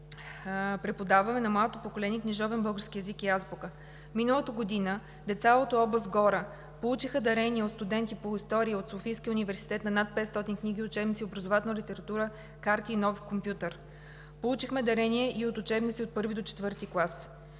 преподаваме на младото поколение книжовен български език и азбука. Миналата година деца от област Гора получиха дарения от студенти по история от Софийския университет на над 500 книги, учебници, образователна литература, карти и нов компютър. Получихме дарение и от учебници от първи до четвърти клас.